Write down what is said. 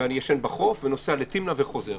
ואני ישן בחוף ונוסע לתמנע וחוזר,